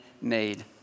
made